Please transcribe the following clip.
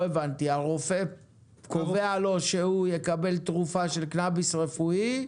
הרופא קובע לו שהוא יקבל תרופה של קנביס רפואי,